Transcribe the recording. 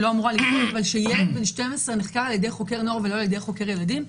ילד בן 12 נחקר על ידי חוקר נוער ולא על ידי חוקר ילדים.